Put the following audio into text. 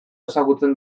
ezagutzen